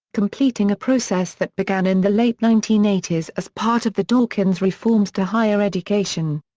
completing a process that began in the late nineteen eighty s as part of the dawkins reforms to higher education.